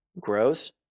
grows